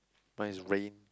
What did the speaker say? mine is rain